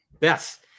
Yes